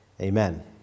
Amen